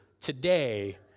today